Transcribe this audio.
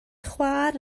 chwaer